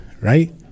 right